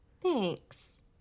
Thanks